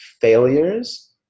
failures